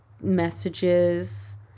messages